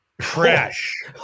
Trash